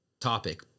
topic